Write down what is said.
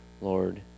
Lord